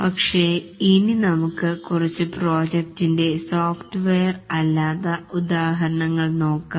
പക്ഷേ ഇനി നമുക് കുറച്ചു പ്രോജക്ടിന്റെ സോഫ്റ്റ്വെയർ അല്ലാത്ത ഉദാഹരണങ്ങൾ നോക്കാം